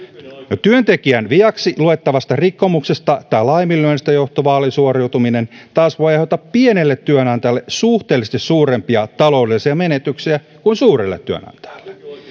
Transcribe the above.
ja työntekijän viaksi luettavasta rikkomuksesta tai laiminlyönnistä johtuva alisuoriutuminen taas voi aiheuttaa pienelle työnantajalle suhteellisesti suurempia taloudellisia menetyksiä kuin suurelle työnantajalle